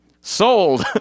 sold